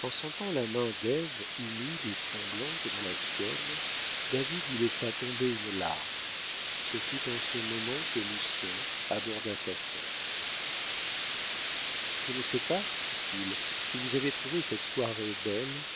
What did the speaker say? en sentant la main d'ève humide et tremblante dans la sienne david y laissa tomber une larme ce fut en ce moment que lucien aborda sa sœur je ne sais pas dit-il si vous avez trouvé cette soirée belle